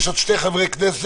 יש עוד שני חברי כנסת